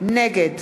נגד